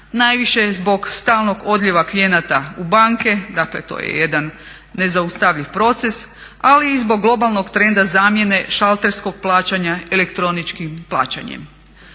najviše zbog stalnog odljeva klijenata u banke, dakle to je jedan nezaustavljiv proces ali i zbog globalnog trenda zamjene šalterskog plaćanja elektroničkim plaćanjem.